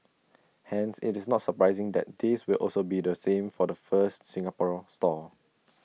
hence IT is not surprising that this will also be the same for the first Singaporean store